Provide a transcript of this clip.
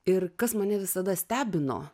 ir kas mane visada stebino